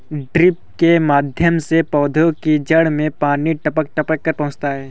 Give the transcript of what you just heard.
drip के माध्यम से पौधे की जड़ में पानी टपक टपक कर पहुँचता है